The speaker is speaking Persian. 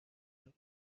رود